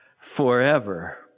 forever